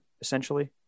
essentially